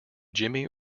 jimmy